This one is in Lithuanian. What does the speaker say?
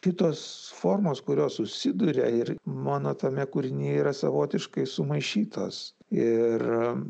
kitos formos kurios susiduria ir mano tame kūrinyje yra savotiškai sumaišytos ir